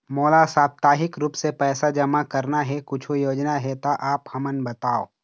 मोला साप्ताहिक रूप से पैसा जमा करना हे, कुछू योजना हे त आप हमन बताव?